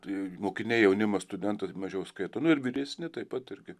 tai mokiniai jaunimas studentas mažiau skaito ir vyresni taip pat irgi